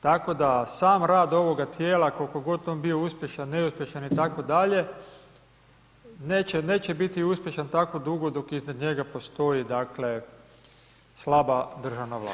Tako da sam rad ovoga tijela koliko on bio uspješan, neuspješan itd., neće biti uspješan tako dugo dok iznad njega postoji, dakle slaba državna vlast.